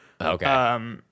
Okay